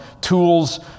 tools